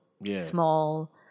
Small